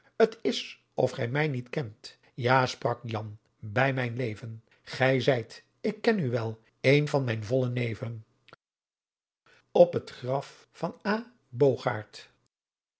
t is of gy my niet kent ja sprak jan by mijn leven gy zijt ik ken u wel een van mijn volle neeven op t graf van